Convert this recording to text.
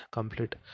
Complete